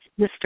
Mr